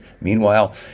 Meanwhile